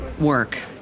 work